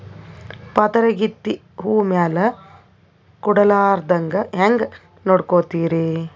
ಪಾತರಗಿತ್ತಿ ಹೂ ಮ್ಯಾಲ ಕೂಡಲಾರ್ದಂಗ ಹೇಂಗ ನೋಡಕೋತಿರಿ?